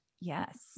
yes